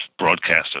broadcasters